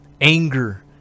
anger